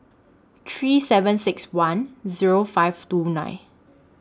three seven six one Zero five two nine